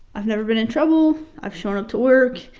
i've never been in trouble i've shown up to work.